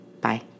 Bye